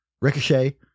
Ricochet